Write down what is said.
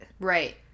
Right